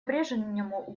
прежнему